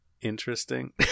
interesting